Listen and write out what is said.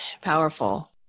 powerful